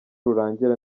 rurangira